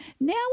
Now